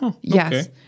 Yes